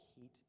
heat